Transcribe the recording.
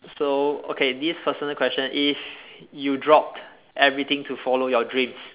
so okay this personal question if you dropped everything to follow your dreams